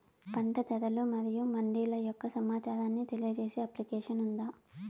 పంట ధరలు మరియు మండీల యొక్క సమాచారాన్ని తెలియజేసే అప్లికేషన్ ఉందా?